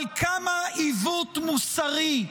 אבל כמה עיוות מוסרי,